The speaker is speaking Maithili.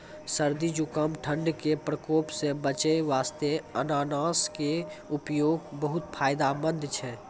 सर्दी, जुकाम, ठंड के प्रकोप सॅ बचै वास्तॅ अनानस के उपयोग बहुत फायदेमंद छै